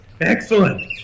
excellent